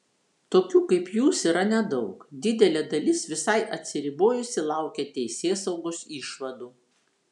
tokių kaip jūs yra nedaug didelė dalis visai atsiribojusi laukia teisėsaugos išvadų